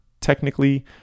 technically